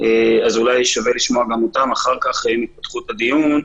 אז אולי כדאי לשמוע גם אותם אחר כך עם התפתחות הדיון.